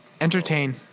Entertain